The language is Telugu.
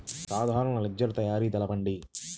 సాధారణ లెడ్జెర్ తయారి తెలుపండి?